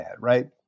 right